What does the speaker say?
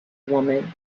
woman